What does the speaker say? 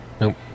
nope